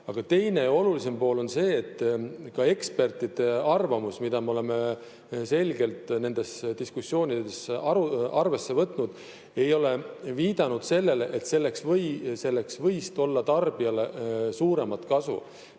Aga teine, olulisem pool on see, et ka ekspertide arvamus, mida me oleme selgelt nendes diskussioonides arvesse võtnud, ei ole viidanud sellele, et sellest võiks tulla tarbijale suuremat kasu. Mida